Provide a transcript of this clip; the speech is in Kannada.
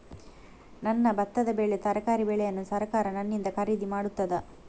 ನನ್ನ ಭತ್ತದ ಬೆಳೆ, ತರಕಾರಿ ಬೆಳೆಯನ್ನು ಸರಕಾರ ನನ್ನಿಂದ ಖರೀದಿ ಮಾಡುತ್ತದಾ?